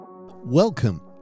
Welcome